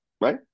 right